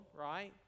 right